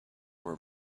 were